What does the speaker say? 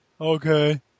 Okay